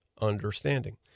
understanding